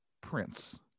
Prince